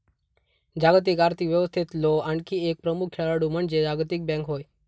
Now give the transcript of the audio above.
जागतिक आर्थिक व्यवस्थेतलो आणखी एक प्रमुख खेळाडू म्हणजे जागतिक बँक होय